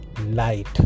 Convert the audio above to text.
light